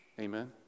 Amen